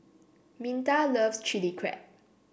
Minta loves Chili Crab